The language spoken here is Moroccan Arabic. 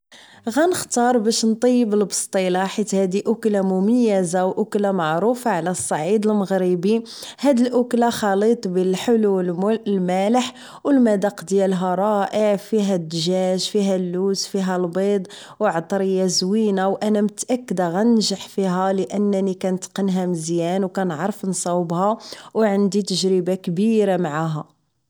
غانختار باش نطيب البسطيلة حيت هادي اكلة مميزة و اكلة معروفة على صعيد المغربي هاد الاكلة خليط بين الحلو و المالح و المذاق ديالها رائع فيها الدجاج فيها اللوز فيها البيض و عطرية زوينة و انا متأكدة غنجح فيها لانني كنتقنها مزيان و كنعرف نصاوبها و عندي تجربة كبيرة معاها